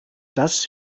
das